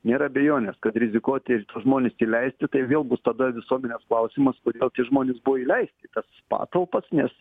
nėra abejonės kad rizikuoti žmones įleisti tai vėl bus tada visuomenės klausimas kodėl tie žmonės buvo įleisti į tas patalpas nes